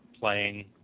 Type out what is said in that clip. playing